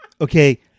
Okay